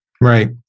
Right